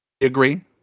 Agree